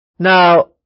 Now